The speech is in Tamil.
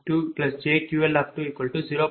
003p